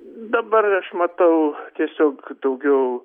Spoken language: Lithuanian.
dabar aš matau tiesiog daugiau